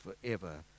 forever